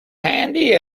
handy